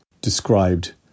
described